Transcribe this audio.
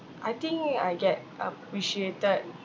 I think I get appreciated